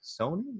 Sony